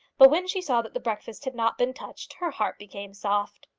but when she saw that the breakfast had not been touched, her heart became soft.